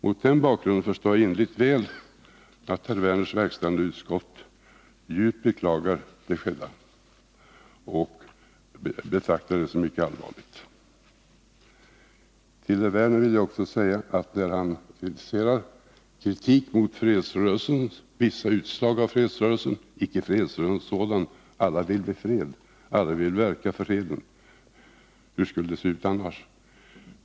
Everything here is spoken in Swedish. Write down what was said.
Mot den bakgrunden förstår jag innerligt väl att herr Werners verkställande utskott djupt beklagar det skedda och betraktar det som mycket allvarligt. Herr Werner kritiserar kritiken mot vissa utslag av fredsrörelsen — icke fredsrörelsen som sådan. Alla vill vi fred och alla vill vi verka för freden, hur skulle det se ut annars?